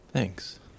Thanks